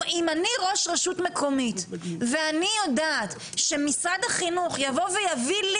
אם אני ראש רשות מקומית ואני יודעת שמשד החינוך יבוא ויביא לי